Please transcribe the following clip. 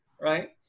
right